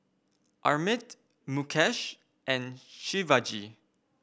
Amit Mukesh and Shivaji